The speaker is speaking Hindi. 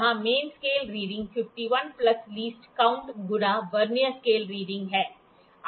यहां main scale reading 51 plus least count गुणा वर्नियर स्केल रीडिंग है